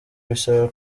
bisaba